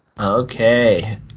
Okay